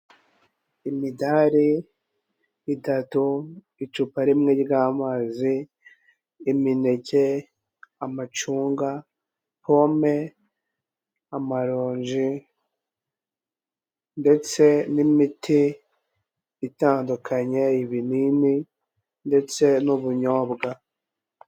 Imidari itatu, icupa rimwe ry'amazi n'imineke, amacunga, pome, amaronji, ndetse n'imiti itandukanye, ibinini, ndetse n'ubunyobwa.